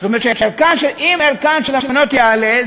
זאת אומרת שאם ערכן של המניות יעלה,